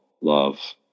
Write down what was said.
love